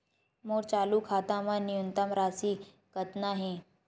मोर चालू खाता मा न्यूनतम राशि कतना हे?